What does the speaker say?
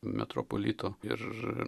metropolito ir